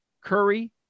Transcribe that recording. Curry